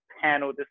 panel